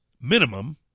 minimum